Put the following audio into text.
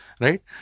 right